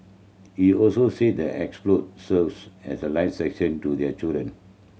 he also said the serves as a life section to their children